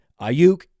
Ayuk